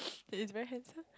he is very handsome